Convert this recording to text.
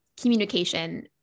communication